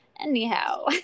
Anyhow